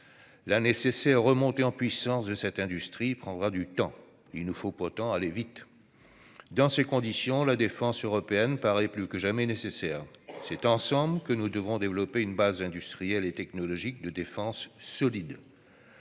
La nécessaire remontée en puissance de cette industrie prendra du temps ; il nous faut pourtant aller vite. Dans ces conditions, la défense européenne paraît plus que jamais nécessaire. C'est ensemble que nous devons développer une base industrielle et technologique de défense solide.